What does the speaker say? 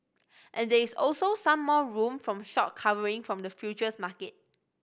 and there is also some more room from short covering from the futures market